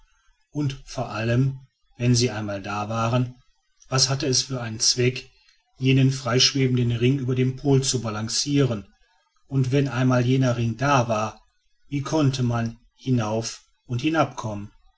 und vor allem wenn sie einmal da waren was hatte es für einen zweck jenen freischwebenden ring über dem pol zu balancieren und wenn einmal jener ring da war wie konnte man hinauf und hinabkommen